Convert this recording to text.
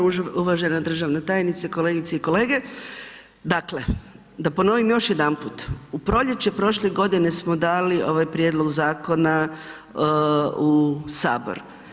Uvažena državna tajnice, kolegice i kolege, dakle da ponovim još jedanput u proljeće prošle godine smo dali ovaj prijedlog zakona u sabor.